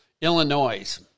Illinois